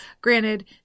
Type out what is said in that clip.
granted